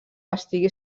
estigui